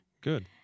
good